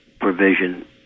provision